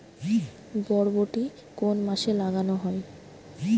বরবটি কোন মাসে লাগানো হয়?